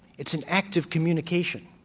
it's an act of communication.